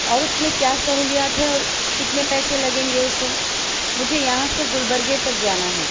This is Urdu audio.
اور اس میں کیا سہولیات ہے اور کتنے پیسے لگیں گے اسے مجھے یہاں سے گلبرگے تک جانا ہے